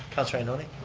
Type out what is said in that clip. councilor ioannoni?